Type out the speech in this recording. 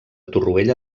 torroella